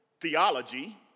theology